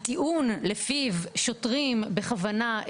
הטיעון לפיו שוטרים מסתירים את שמם בכוונה,